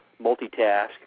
multitask